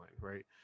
right